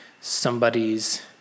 somebody's